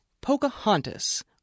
Pocahontas